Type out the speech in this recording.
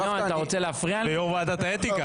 ויו"ר ועדת האתיקה.